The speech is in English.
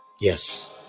Yes